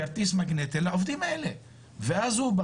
כרטיס מגנטי לעובדים האלה וכך העובד בא